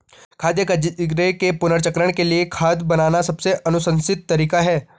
खाद्य कचरे के पुनर्चक्रण के लिए खाद बनाना सबसे अनुशंसित तरीका है